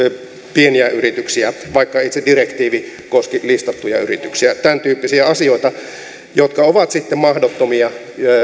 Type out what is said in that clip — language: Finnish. pieniä yrityksiä vaikka itse direktiivi koski listattuja yrityksiä oli tämäntyyppisiä asioita jotka ovat sitten mahdottomia